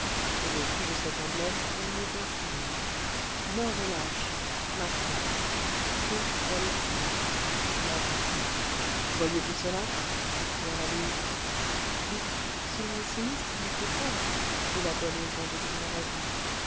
au-dessous de cet emblème on lisait ces mots mort aux lâches martial p l v pour la vie voyez-vous cela s'écria la louve oui cela est sinistre et me fait peur dit la goualeuse en détournant la vue